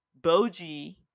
Boji